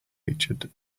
featured